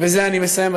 ובזה אני מסיים,